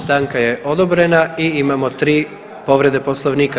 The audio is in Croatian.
Stanka je odobrena i imamo tri povrede Poslovnika.